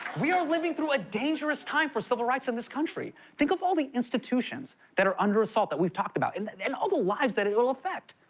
we are living through a dangerous time for civil rights in this country. think of all the institutions that are under assault that we've talked about and all the lives that it will affect.